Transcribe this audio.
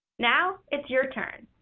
now it's your turn.